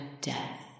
death